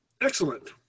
Excellent